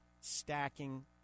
Stacking